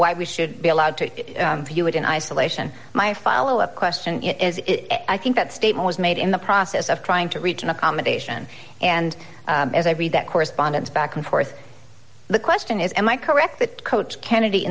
why we should be allowed to view it in isolation my follow up question it as i think that statement was made in the process of trying to reach an accommodation and as i read that correspondence back and forth the question is am i correct that coach kennedy